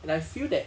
and I feel that